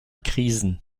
krisen